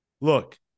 Look